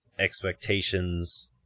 expectations